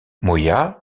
moya